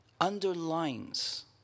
underlines